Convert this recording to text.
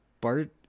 Bart